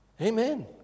Amen